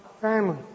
family